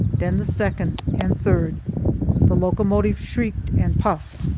then the second and third the locomotive shrieked and puffed,